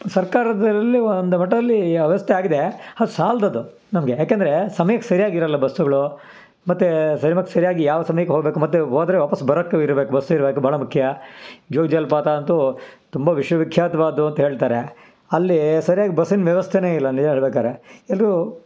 ಸರ್ಕಾರದಲ್ಲಿ ಒಂದು ಮಟ್ಟದಲ್ಲಿ ವ್ಯವಸ್ಥೆ ಆಗಿದೆ ಅದು ಸಾಲದದು ನಮಗೆ ಯಾಕೆಂದರೆ ಸಮಯಕ್ಕೆ ಸರಿಯಾಗಿರಲ್ಲ ಬಸ್ಸುಗಳು ಮತ್ತು ಸಮಯಕ್ಕೆ ಸರಿಯಾಗಿ ಯಾವ ಸಮಯಕ್ಕೆ ಹೋಗಬೇಕು ಮತ್ತು ಹೋದ್ರೆ ವಾಪಸ್ ಬರಕ್ಕೂ ಇರಬೇಕು ಬಸ್ ಇರಬೇಕು ಭಾಳ ಮುಖ್ಯ ಜೋಗ ಜಲಪಾತ ಅಂತೂ ತುಂಬ ವಿಶ್ವವಿಖ್ಯಾತವಾದದ್ದು ಅಂತ ಹೇಳ್ತಾರೆ ಅಲ್ಲಿ ಸರ್ಯಾಗಿ ಬಸ್ಸಿನ ವ್ಯವಸ್ಥೆನೇ ಇಲ್ಲ ನಿಜ ಹೇಳ್ಬೇಕಾರೆ ಎಲ್ರೂ